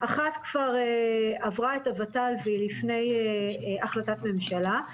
אנחנו כמועצה מקומית יצאנו במכרז לאנרגיה